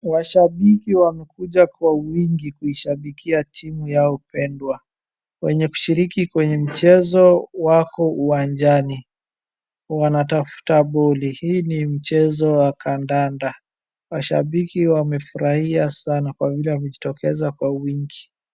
Washabiki wamekuja kwa wingi kuishabikia timu yao pendwa, wenye kushiriki kwenye mchezo wako uwanjani wanatafuta boli. Hii ni mchezo wa kandanda, washabiki wamefurahia sana kwa vile wamejitokeza kwa wingi.